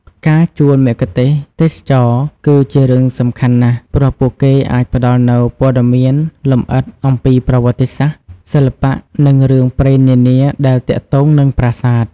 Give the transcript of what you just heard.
ការជួលមគ្គុទ្ទេសក៍ទេសចរណ៍ គឺជារឿងសំខាន់ណាស់ ព្រោះពួកគេអាចផ្តល់នូវព័ត៌មានលម្អិតអំពីប្រវត្តិសាស្ត្រ សិល្បៈ និងរឿងព្រេងនានាដែលទាក់ទងនឹងប្រាសាទ។